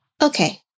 Okay